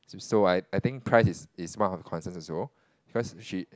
so I I think price is is one of her concern also because she